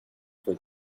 for